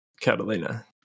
catalina